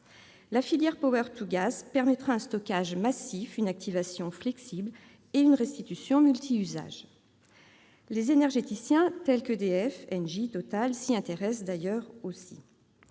La filière «» permettra un stockage massif, une activation flexible et une restitution polyvalente. Les énergéticiens tels qu'EDF, Engie ou Total s'y intéressent d'ailleurs aussi.